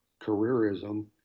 careerism